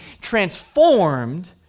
transformed